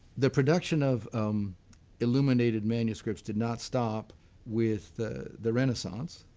the production of um illuminated manuscripts did not stop with the the renaissance.